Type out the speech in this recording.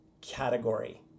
category